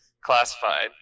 Classified